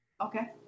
Okay